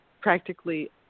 practically